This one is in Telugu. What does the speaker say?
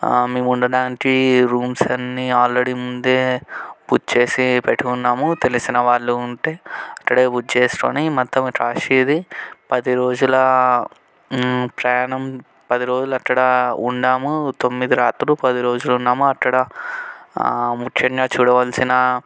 మేము ఉండడానికి రూమ్స్ అన్ని ఆల్రెడీ ముందే బుక్ చేసి పెట్టుకున్నాము తెలిసిన వాళ్ళు ఉంటే అక్కడే బుక్ చేసుకోని మొత్తం కాశీది పది రోజుల ప్రయాణం పది రోజుల అక్కడ ఉన్నాము తొమ్మిది రాత్రులు పది రోజులు ఉన్నాము అక్కడ ముఖ్యంగా చూడవలసిన